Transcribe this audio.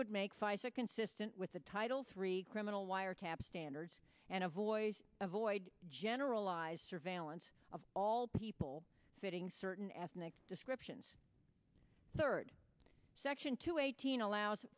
would make pfizer consistent with the title three criminal wiretap standard and avoid avoid generalized surveillance of all people fitting certain ethnic descriptions third section two eighteen allows